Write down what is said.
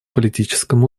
политическом